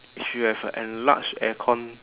if you have a enlarged aircon